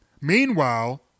Meanwhile